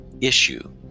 issue